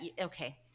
okay